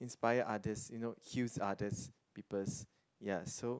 inspire others you know heals others peoples ya so